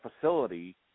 facility